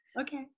okay